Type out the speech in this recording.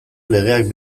legeak